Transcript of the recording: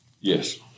Yes